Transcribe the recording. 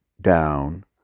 down